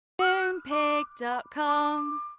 Moonpig.com